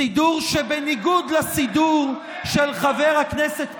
סידור שבניגוד לסידור של חבר הכנסת פרוש,